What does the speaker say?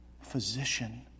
physician